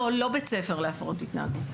לא לא בית ספר להפרעות התנהגות,